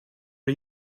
are